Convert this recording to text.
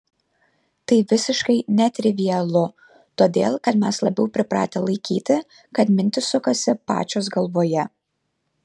tai visiškai netrivialu todėl kad mes labiau pripratę laikyti kad mintys sukasi pačios galvoje